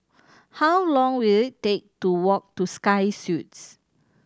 how long will it take to walk to Sky Suites